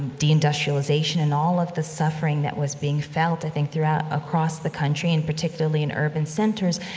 the industrialization, and all of the suffering that was being felt, i think, throughout across the country, and particularly in urban centers.